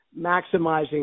maximizing